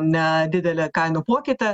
nedidelę kainų pokytį